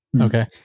Okay